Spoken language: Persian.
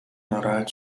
ناراحت